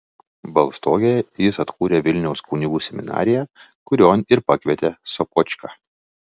balstogėje jis atkūrė vilniaus kunigų seminariją kurion ir pakvietė sopočką